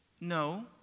No